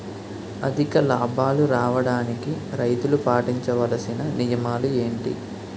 అధిక లాభాలు రావడానికి రైతులు పాటించవలిసిన నియమాలు ఏంటి